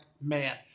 man